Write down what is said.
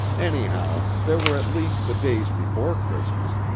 anyhow, there were at least the days before christmas,